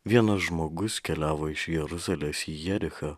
vienas žmogus keliavo iš jeruzalės į jerichą